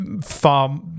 far